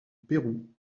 pérou